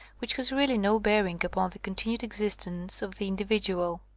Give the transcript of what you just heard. which has really no bearing upon the continued existence of the individual.